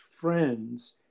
friends